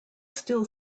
still